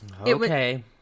Okay